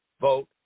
vote